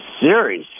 series